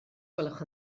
gwelwch